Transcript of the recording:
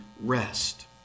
rest